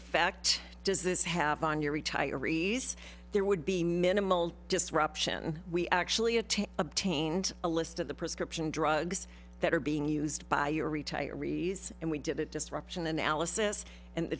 effect does this have on your retirees there would be minimal disruption we actually attach obtained a list of the prescription drugs that are being used by your retirees and we did it disruption analysis and